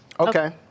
Okay